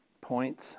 points